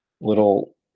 little